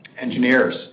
engineers